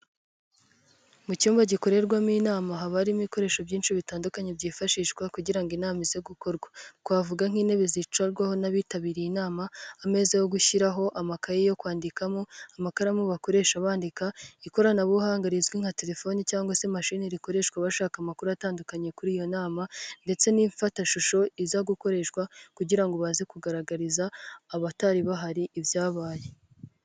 Mu cyumba gikorerwamo inama, haba harimo ibikoresho byinshi bitandukanye byifashishwa kugira ngo inama ize gukorwa. Twavuga nk'intebe zicarwaho n'abitabiriye inama, ameza yo gushyiraho amakaye yo kwandikamo, amakaramu bakoresha bandika, ikoranabuhanga rizwi nka terefoni cyangwa se mashini rikoreshwa bashaka amakuru atandukanye kuri iyo nama ndetse n'imfatashusho iza gukoreshwa kugira ngo baze kugaragariza abatari bahari, ibyabaye.